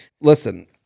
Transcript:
listen